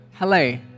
Hello